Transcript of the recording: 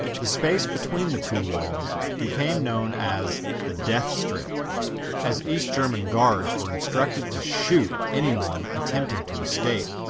the space between the two walls became known as the death strip as east german guards were instructed to shoot anyone attempting to escape.